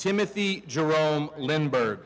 timothy jerome lindber